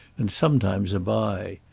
and sometimes a bye.